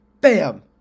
Bam